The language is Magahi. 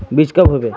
बीज कब होबे?